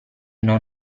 non